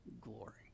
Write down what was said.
glory